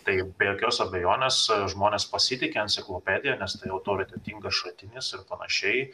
tai be jokios abejonės žmonės pasitiki enciklopedija nes autoritetingas šaltinis ir panašiai